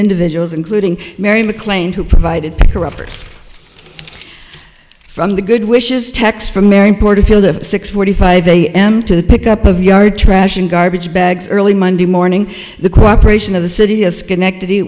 individuals including mary mclean who provided corruptors from the good wishes texts from six forty five a m to the pick up of yard trash in garbage bags early monday morning the cooperation of the city of schenectady